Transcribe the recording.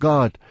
God